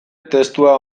testua